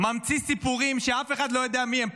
ממציא סיפורים שאף אחד לא יודע מי הם.